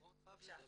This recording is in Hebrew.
בבקשה.